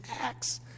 acts